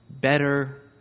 better